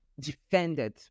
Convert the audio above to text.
defended